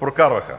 прокарваха,